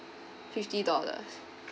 fifty dollars